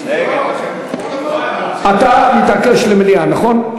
אתה מתעקש למליאה, נכון?